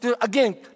again